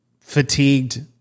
fatigued